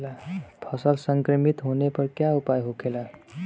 फसल संक्रमित होने पर क्या उपाय होखेला?